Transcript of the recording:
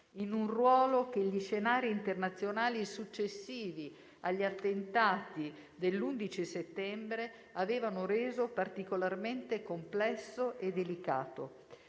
in un ruolo che gli scenari internazionali successivi agli attentati dell'11 settembre avevano reso particolarmente complesso e delicato.